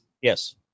Yes